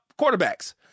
quarterbacks